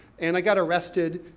and i got arrested,